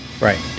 Right